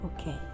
Okay